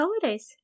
Holidays